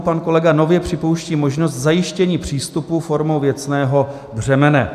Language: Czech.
Pan kolega nově připouští možnost zajištění přístupu formou věcného břemene.